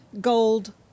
gold